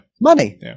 Money